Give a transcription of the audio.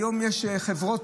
היום יש חברות,